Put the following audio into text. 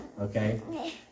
okay